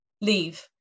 Leave